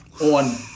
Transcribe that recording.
on